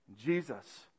Jesus